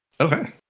Okay